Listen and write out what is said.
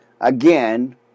again